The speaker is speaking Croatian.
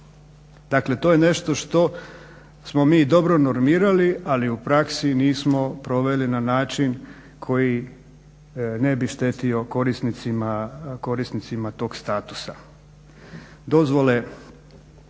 Dakle to je nešto što smo mi dobro normirali, ali u praksi nismo proveli na način koji ne bi štetio korisnicima tog statusa. Dozvole